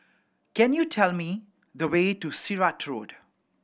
can you tell me the way to Sirat Road